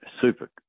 super